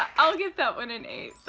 i'll give that one an eight,